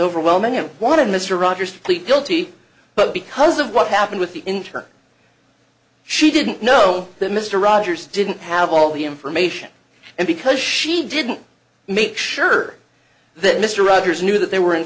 overwhelming him wanted mr rogers to plead guilty but because of what happened with the inter she didn't know that mr rogers didn't have all the information and because she didn't make sure that mr rogers knew that they were in